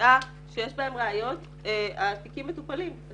שיש בהם ראיות ומגיעים לתביעה התיקים מטופלים.